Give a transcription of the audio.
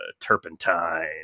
Turpentine